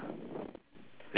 later I tell you